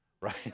right